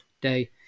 day